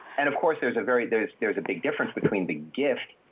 and of course there's a very, there's, there's a big difference between the gift.